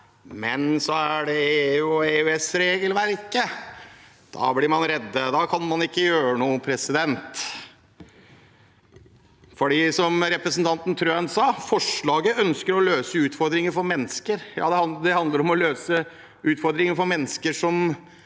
men så er det EU og EØS-regelverket – da blir man redde. Da kan man ikke gjøre noe. Som representanten Trøen sa, ønsker man med forslaget å løse utfordringer for mennesker. Ja, det handler om å løse utfordringer for mennesker som